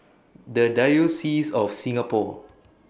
The Diocese of Singapore